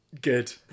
Good